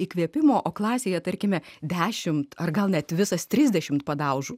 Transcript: įkvėpimo o klasėje tarkime dešimt ar gal net visas trisdešimt padaužų